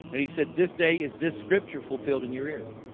and he said this day is this scripture fulfilled in your ears